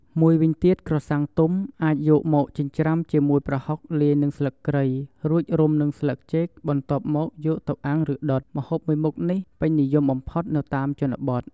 មួយវិញទៀតក្រសាំងទុំ អាចយកមកចិញ្ច្រាំជាមួយប្រហុកលាយនឹងស្លឹកគ្រៃ រួចរុំនឹងស្លឹកចេកបន្ទាប់មកយកទៅអាំងឬដុត ម្ហូបមួយមុខនេះពេញនិយមបំផុតនៅតាមជនបទ។